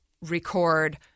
record